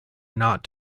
not